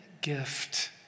gift